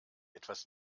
etwas